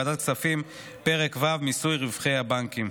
ועדת הכספים: פרק ו' מיסוי רווחי הבנקים.